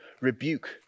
rebuke